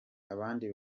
abandi